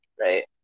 right